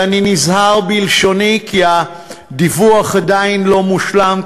ואני נזהר בלשוני כי הדיווח עדיין לא הושלם,